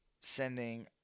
sending